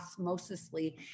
osmosisly